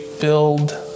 build